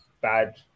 bad